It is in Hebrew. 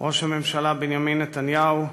ראש הממשלה בנימין נתניהו,